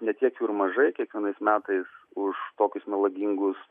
ne tiek jų ir mažai kiekvienais metais už tokius melagingus